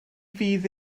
fydd